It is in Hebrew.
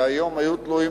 והיום היו תלויים.